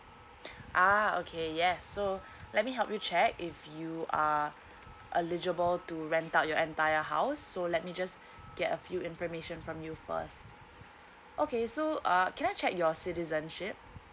ah okay yes so let me help you check if you are eligible to rent out your entire house so let me just get a few information from you first okay so uh can I check your citizenship